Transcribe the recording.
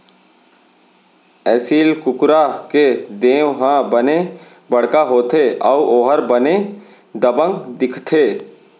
एसील कुकरा के देंव ह बने बड़का होथे अउ ओहर बने दबंग दिखथे